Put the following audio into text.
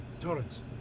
Torrance